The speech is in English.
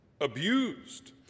abused